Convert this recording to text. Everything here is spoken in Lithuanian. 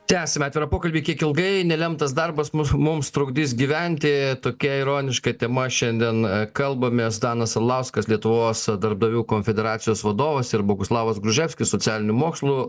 tęsiam atvirą pokalbį kiek ilgai nelemtas darbas mus mums trukdys gyventi tokia ironiška tema šiandien kalbamės danas arlauskas lietuvos darbdavių konfederacijos vadovas ir boguslavas gruževskis socialinių mokslų